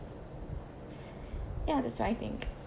ya that's what I think